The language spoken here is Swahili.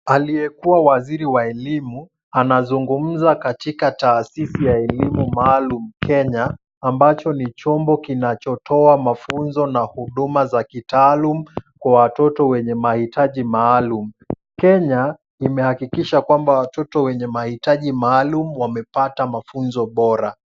Aliyekuwa waziri wa elimu anazungumza katika taasisi ya elimu maalum Kenya, ambacho ni chombo kinachotoa mafunzo na huduma za kitaalumu kwa watoto wenye mahitaji maalum. Kenya imehakikisha kwamba watoto wenye mahitaji maalum wamepata mafunzo bora.